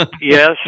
Yes